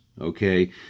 okay